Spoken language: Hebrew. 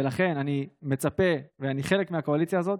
ולכן אני מצפה, ואני חלק מהקואליציה הזו,